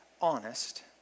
honest